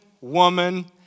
woman